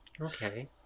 okay